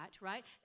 right